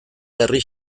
herri